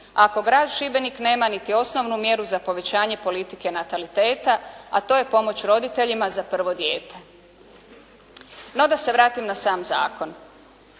ako grad Šibenik nema niti osnovnu mjeru za povećanje politike nataliteta, a to je pomoć roditeljima za prvo dijete. No, da se vratim na sam zakon.